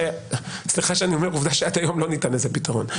עובדה סליחה שאני אומר שעד היום לא ניתן לזה פתרון.